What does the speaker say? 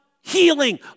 healing